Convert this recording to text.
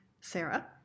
Sarah